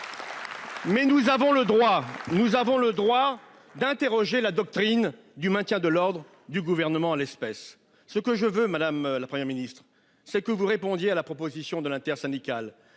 droit, nous avons le droit. D'interroger la doctrine du maintien de l'ordre du gouvernement l'espèce, ce que je veux madame, la Première ministre, c'est que vous répondiez à la proposition de l'intersyndicale